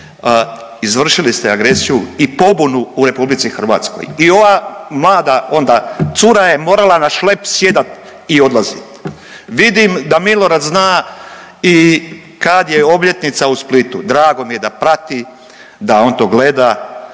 izvršili ste agresiju i pobunu u RH i ova mlada onda cura je morala na šlep sjedat i odlazit. Vidim da Milorad zna i kad je obljetnica u Splitu. Drago mi je da prati, da on to gleda,